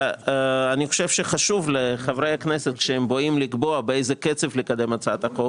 אני חושב שחשוב לחברי הכנסת - כשהם באים לקבוע באיזה קצב לקדם הצעת חוק